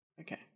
okay